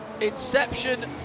Inception